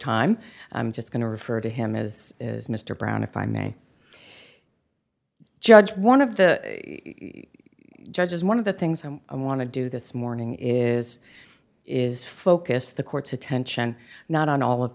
time i'm just going to refer to him as is mr brown if i may judge one of the you judges one of the things i want to do this morning is is focus the court's attention not on all of